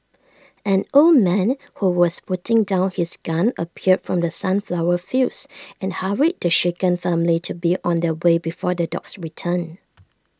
an old man who was putting down his gun appeared from the sunflower fields and hurried the shaken family to be on their way before the dogs return